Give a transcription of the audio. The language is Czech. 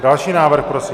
Další návrh prosím.